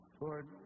Lord